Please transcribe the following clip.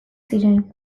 ziren